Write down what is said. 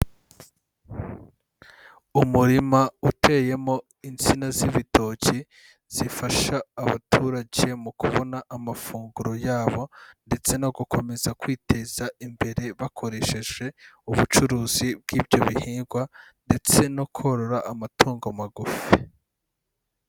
Umurima uteyemo insina z'ibitoki, zifasha abaturage mu kubona amafunguro yabo ndetse no gukomeza kwiteza imbere bakoresheje ubucuruzi bw'ibyo bihingwa, ndetse no korora amatungo magufi.